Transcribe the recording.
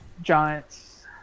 Giants